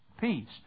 peace